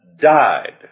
died